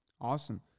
Awesome